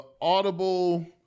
audible